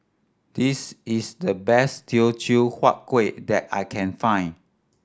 this is the best Teochew Huat Kuih that I can find